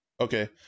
okay